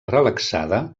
relaxada